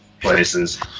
places